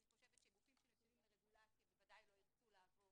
אני חושבת שגופים שנתונים לרגולציה בוודאי לא ירצו לעבור